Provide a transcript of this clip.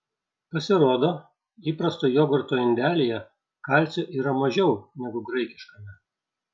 pasirodo įprasto jogurto indelyje kalcio yra mažiau negu graikiškame